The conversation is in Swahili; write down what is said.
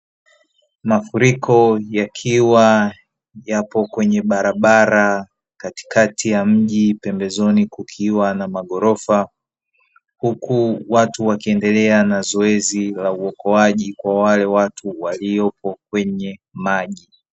Mafuriko yakiwa yapo kwenye barabara katikati ya mji, pembezoni kukiwa na maghorofa, huku watu wakiendelea na zoezi la uokoaji kwa wale watu waliopo kwenye maji.